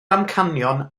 amcanion